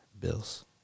Bills